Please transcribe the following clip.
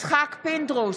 פינדרוס,